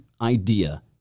idea